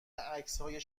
عکسهای